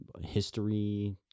history